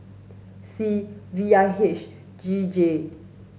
see V I H G J